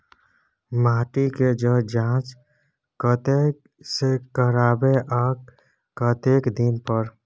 माटी के ज जॉंच कतय से करायब आ कतेक दिन पर?